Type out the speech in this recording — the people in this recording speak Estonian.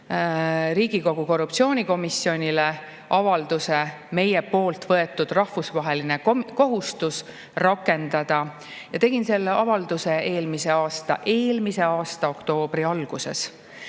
Riigikogu korruptsioonikomisjonile avalduse meie poolt võetud rahvusvaheline kohustus rakendada, ja tegin selle avalduse eelmise aasta – eelmise aasta! – oktoobri alguses.